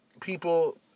people